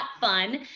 fun